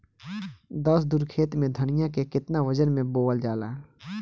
दस धुर खेत में धनिया के केतना वजन मे बोवल जाला?